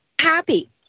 happy